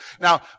Now